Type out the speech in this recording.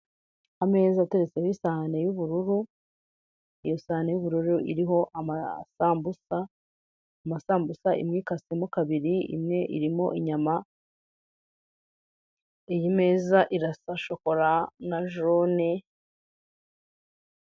Ameza ateretseho isahani y'ubururu, iyo sahane y'ubururu iriho amasambusa, amasambusa imwe ikasemo kabiri, imwe irimo inyama. Iyi meza irasa shokora na jone.